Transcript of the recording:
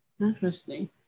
Interesting